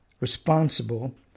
responsible